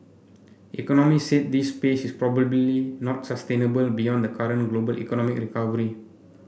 economist said this pace is probably not sustainable beyond the current global economic recovery